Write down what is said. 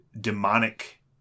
demonic